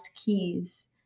keys